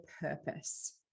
purpose